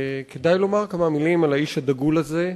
כדאי לומר כמה מלים על האיש הדגול הזה.